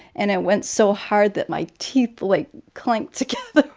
and i went so hard that my teeth, like, clanked together.